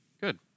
Good